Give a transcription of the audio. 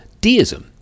deism